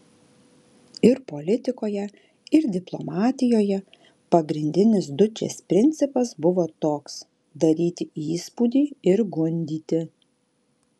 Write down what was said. ir politikoje ir diplomatijoje pagrindinis dučės principas buvo toks daryti įspūdį ir gundyti